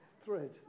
thread